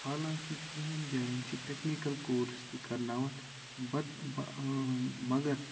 حالانٛکہِ کِینٛہہ جایَن چھِ ٹیٚکنِکَل کورس تہِ کَرناوان بَد مگر